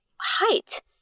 height